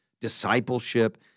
discipleship